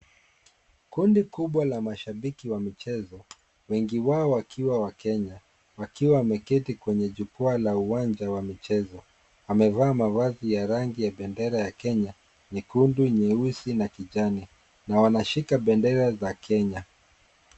Kundi kubwa la mashabiki wa michezo. Wengi wao wakiwa wa Kenya. Wakiwa wameketi kwenye jukua la uwanja wa michezo. Amevaa mavazi ya rangi ya bendera ya Kenya, nyekundu, nyeusi na kijani, na wanashika bendera za Kenya.